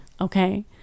Okay